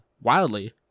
wildly